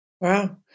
Wow